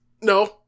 No